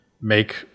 make